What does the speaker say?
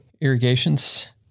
irrigations